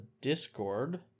Discord